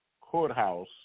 Courthouse